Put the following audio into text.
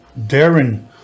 Darren